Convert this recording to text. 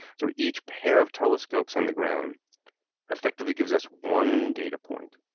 so each pair of telescopes on the ground effectively gives us one data point,